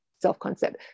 self-concept